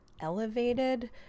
elevated